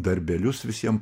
darbelius visiem